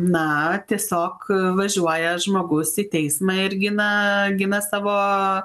na tiesiog važiuoja žmogus į teismą ir gina gina savo